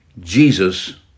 Jesus